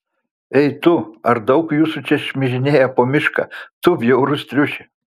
ei tu ar daug jūsų čia šmižinėja po mišką tu bjaurus triuši